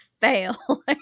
fail